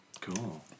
cool